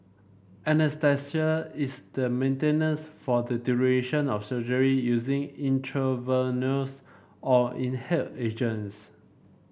anaesthesia is then maintained for the duration of surgery using intravenous or inhaled agents